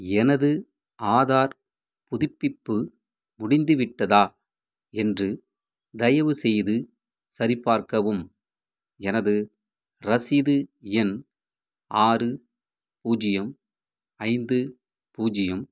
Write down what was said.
எனது ஆதார் புதுப்பிப்பு முடிந்துவிட்டதா என்று தயவுசெய்து சரிபார்க்கவும் எனது ரசீது எண் ஆறு பூஜ்ஜியம் ஐந்து பூஜ்ஜியம்